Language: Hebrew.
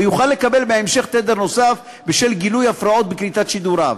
לא יוכל לקבל בהמשך תדר נוסף בשל גילוי הפרעות בקליטת שידוריו.